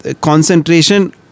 concentration